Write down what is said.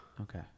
Okay